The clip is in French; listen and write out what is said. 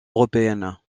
européenne